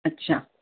अच्छा